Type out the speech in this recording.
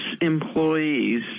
employees